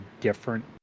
different